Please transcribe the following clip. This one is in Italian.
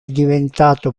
diventato